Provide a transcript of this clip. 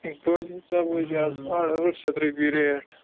توتہِ وُچھٕ ہاو أسۍ اَز ساڈ آٹھ شیٚتھ رۄپیہِ ریٹ